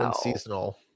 seasonal